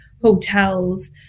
hotels